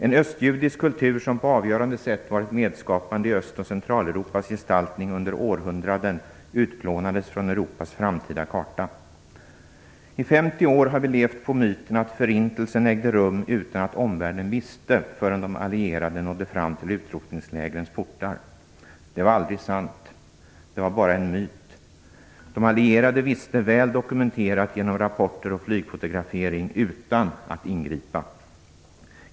En östjudisk kultur som på avgörande sätt hade varit medskapande i Öst och Centraleuropas gestaltning under århundraden utplånades från Europas framtida karta. I 50 år har vi levt på myten att förintelsen ägde rum utan att omvärlden visste något förrän de allierade nådde fram till utrotningslägrens portar. Det var aldrig sant. Det var bara en myt. De allierade visste - det finns väl dokumenterat genom rapporter och flygfotografering - utan att ingripa.